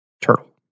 turtle